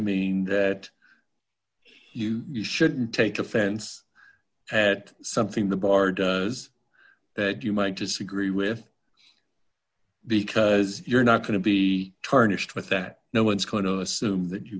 knew you shouldn't take offense at something the bar does that you might disagree with because you're not going to be tarnished with that no one's going to assume that you